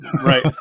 Right